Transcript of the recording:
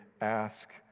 ask